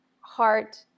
heart